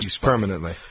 permanently